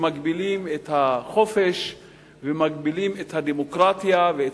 שמגבילים את החופש ומגבילים את הדמוקרטיה ואת